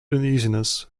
uneasiness